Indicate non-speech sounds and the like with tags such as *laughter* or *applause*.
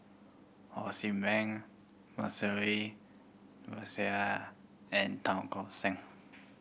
Ho See Beng Rosemary *unintelligible* and Tan Tock San